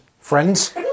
friends